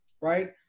right